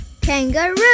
Kangaroo